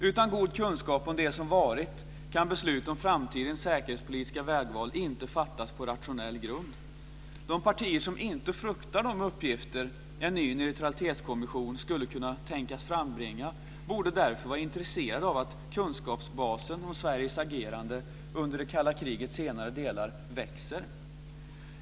Utan god kunskap om det som varit kan beslut om framtidens säkerhetspolitiska vägval inte fattas på rationell grund. De partier som inte fruktar de uppgifter en ny neutralitetskommission skulle kunna tänkas frambringa borde därför vara intresserade av att kunskapsbasen om Sveriges agerande under det kalla krigets senare del växer.